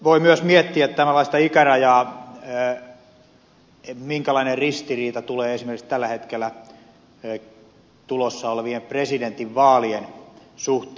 voi myös miettiä tavallaan sitä ikärajaa minkälainen ristiriita tulee esimerkiksi tällä hetkellä tulossa olevien presidentinvaalien suhteen